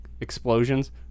explosions